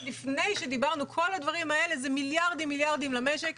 כל הדברים זה מיליארדים-מיליארדים למשק,